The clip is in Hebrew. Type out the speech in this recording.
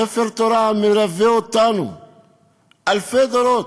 ספר תורה המלווה אותנו אלפי דורות.